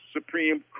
Supreme